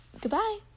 Goodbye